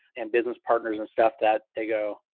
and business partners and stuff that they go.